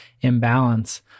imbalance